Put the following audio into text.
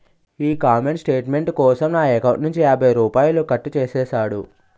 ఈ comment statement కోసం నా ఎకౌంటు నుంచి యాభై రూపాయలు కట్టు చేసేసాడు